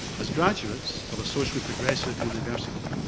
as graduates of a social progressive university,